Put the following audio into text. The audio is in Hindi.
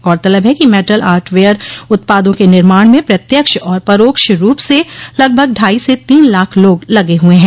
गौरतलब है कि मेटल आर्ट वेयर उत्पादों के निर्माण में प्रत्यक्ष और परोक्ष रूप से लगभग ढाई से तीन लाख लोग लगे हुए हैं